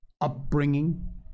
upbringing